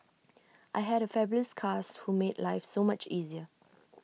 I had A fabulous cast who made life so much easier